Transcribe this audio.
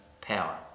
power